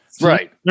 right